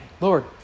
Lord